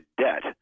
debt